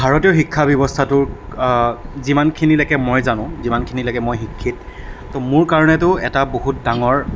ভাৰতীয় শিক্ষা ব্যৱস্থাটো যিমানখিনিলৈকে মই জানোঁ যিমানখিনিলৈকে মই শিক্ষিত তো মোৰ কাৰণেতো এটা বহুত ডাঙৰ